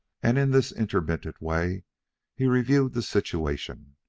and in this intermittent way he reviewed the situation.